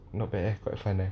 not bad eh quite fun eh